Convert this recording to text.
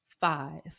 five